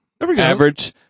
Average